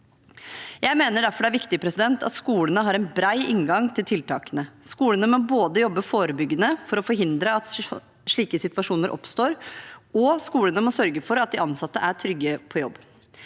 Jeg mener derfor det er viktig at skolene har en bred inngang til tiltakene. Skolene må både jobbe forebyggende for å forhindre at slike situasjoner oppstår, og skolene må sørge for at de ansatte er trygge på jobb.